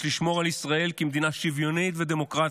יש לשמור על ישראל כמדינה שוויונית ודמוקרטית,